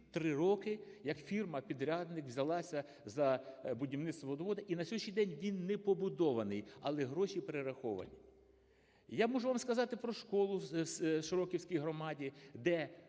Три роки як фірма-підрядник взялася за будівництво водоводу, і на сьогоднішній день він не побудований, але гроші перераховані. Я можу вам сказати про школу в широківській громаді, де